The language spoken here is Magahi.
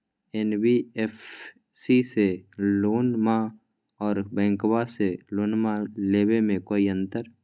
एन.बी.एफ.सी से लोनमा आर बैंकबा से लोनमा ले बे में कोइ अंतर?